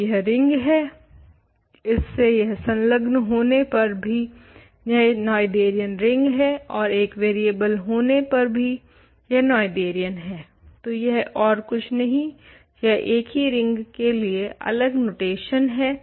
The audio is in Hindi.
तो यह रिंग है इससे यह संलग्न होने पर भी यह नोएथेरियन रिंग है और एक वरियेबल लेने पर भी यह नोएथेरियन है तो यह और कुछ नहीं यह एक ही रिंग के लिए अलग नोटेशन है